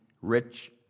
rich